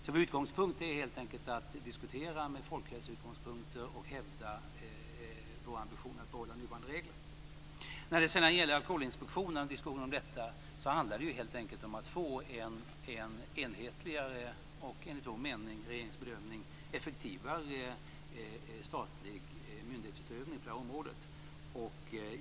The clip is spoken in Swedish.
Vår utgångspunkt är helt enkelt att diskutera från folkhälsoutgångspunkt och hävda vår ambition att behålla nuvarande regler. När det sedan gäller diskussionen om Alkoholinspektionen vill jag säga att det helt enkelt handlar om att få en enhetligare och enligt vår mening - regeringens bedömning - effektivare statlig myndighetsutövning på detta område.